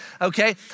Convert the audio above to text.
Okay